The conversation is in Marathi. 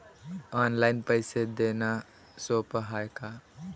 ऑनलाईन पैसे देण सोप हाय का?